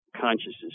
consciousness